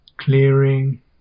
clearing